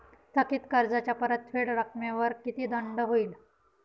थकीत कर्जाच्या परतफेड रकमेवर किती दंड होईल?